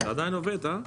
זה עדיין עובד, אה?